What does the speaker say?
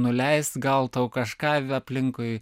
nuleist gal tau kažką aplinkui